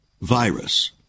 virus